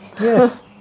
Yes